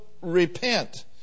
repent